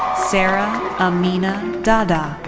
sara amina dada.